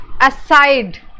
aside